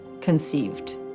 conceived